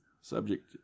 subject